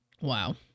Wow